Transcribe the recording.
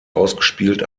ausgespielt